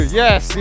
yes